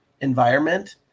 environment